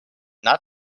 not